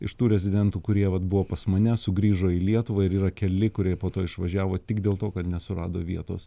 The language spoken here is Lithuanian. iš tų rezidentų kurie vat buvo pas mane sugrįžo į lietuvą ir yra keli kurie po to išvažiavo tik dėl to kad nesurado vietos